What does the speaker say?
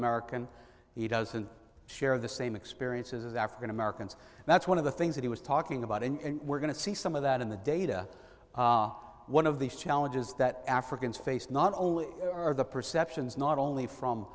american he doesn't share the same experiences as african americans that's one of the things that he was talking about and we're going to see some of that in the data one of the challenges that africans face not only are the perceptions not only from